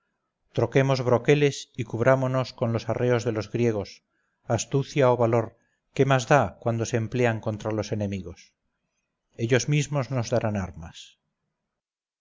troquemos broqueles y cubrámonos con los arreos de los griegos astucia o valor qué más da cuando se emplean contra los enemigos ellos mismos nos darán armas